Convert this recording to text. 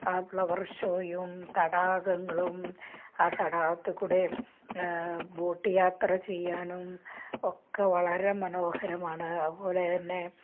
ആ ഫ്ലവർ ഷോയും തടാകങ്ങളും ആ തടാകത്ത് കൂടെ ബോട്ട് യാത്ര ചെയ്യാനും ഒക്കെ വളരെ മനോഹരമാണ് അതുപോലെ തന്നെ